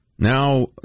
Now